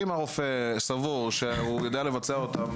אם הרופא סבור שהוא יודע לבצע אותם